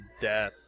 death